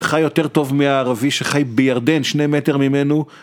חי יותר טוב מהערבי שחי בירדן, שני מטר ממנו.